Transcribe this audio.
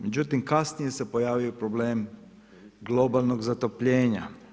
Međutim, kasnije se pojavio problem globalnog zatopljenja.